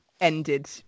ended